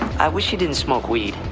i wish you didn't smoke weed.